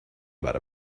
about